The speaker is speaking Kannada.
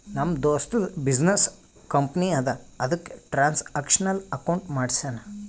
ನಮ್ ದೋಸ್ತದು ಬಿಸಿನ್ನೆಸ್ ಕಂಪನಿ ಅದಾ ಅದುಕ್ಕ ಟ್ರಾನ್ಸ್ಅಕ್ಷನಲ್ ಅಕೌಂಟ್ ಮಾಡ್ಸ್ಯಾನ್